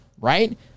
right